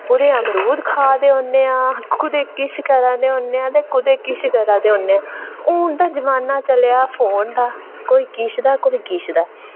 कुदै मरूद खा दे होने आं ते कुदै किश करा नै होन्ने आं ते कुदै किश करा दे होन्ने आं हून तां जमाना चलेआ फोन दा कोई किश दा ते कोई किश दा